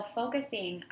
focusing